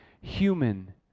human